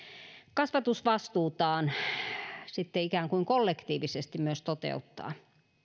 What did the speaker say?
kasvatusvastuutaan sitten ikään kuin kollektiivisesti myös toteuttaa